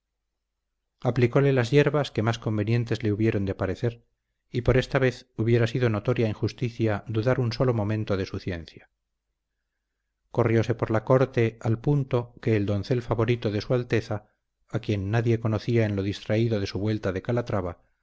aplicóle las yerbas que más convenientes le hubieron de parecer y por esta vez hubiera sido notoria injusticia dudar un solo momento de su ciencia corrióse por la corte al punto que el doncel favorito de su alteza a quien nadie conocía en lo distraído de su vuelta de calatrava